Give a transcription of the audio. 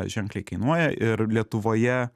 ženkliai kainuoja ir lietuvoje